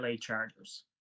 Chargers